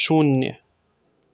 शून्य